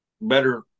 better